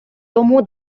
тому